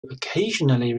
occasionally